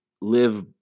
live